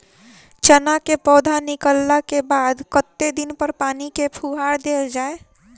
चना केँ पौधा निकलला केँ बाद कत्ते दिन पर पानि केँ फुहार देल जाएँ?